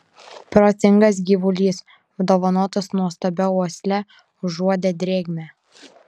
protingas gyvulys apdovanotas nuostabia uosle užuodė drėgmę